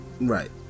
Right